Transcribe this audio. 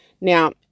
now